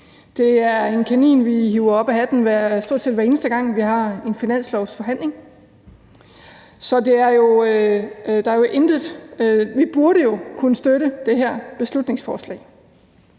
Det er en kanin, som vi hiver op af hatten, stort set hver eneste gang vi har en finanslovsforhandling. Så vi burde jo kunne støtte det her beslutningsforslag.